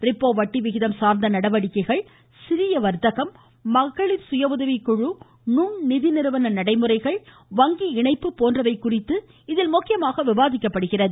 repo வட்டி விகிதம் சார்ந்த நடவடிக்கைகள் சிறுவர்த்தகம் மகளிர் சுய உதவிக்குழு மற்றும் நுண் நிதிநிறுவன நடைமுறைகள் வங்கி இணைப்பு போன்றவை குறித்து இதில் முக்கியமாக விவாதிக்கப்படுகிறது